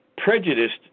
prejudiced